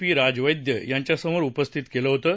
P राजवैद्य यांच्यासमोर उपस्थित केलं होतं